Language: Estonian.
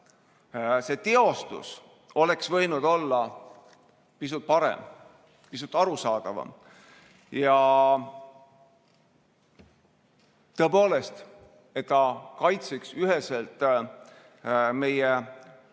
Teostus oleks võinud olla pisut parem, pisut arusaadavam, tõepoolest, et ta kaitseks üheselt meie